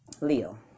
leo